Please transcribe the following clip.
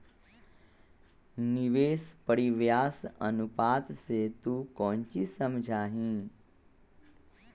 निवेश परिव्यास अनुपात से तू कौची समझा हीं?